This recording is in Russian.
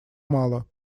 мало